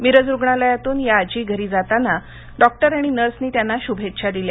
मिरज रुग्णालयातून या आजी घरी जाता असताना डॉक्टर आणि नर्सनी त्यांना शुभेच्छा दिल्या